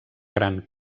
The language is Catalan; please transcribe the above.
gran